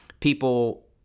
people